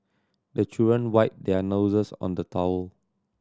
the children wipe their noses on the towel